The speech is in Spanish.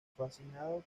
fascinado